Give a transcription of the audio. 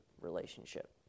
relationship